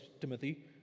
Timothy